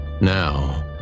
Now